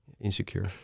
insecure